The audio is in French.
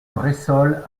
bressolles